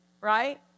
right